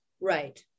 Right